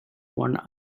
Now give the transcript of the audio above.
one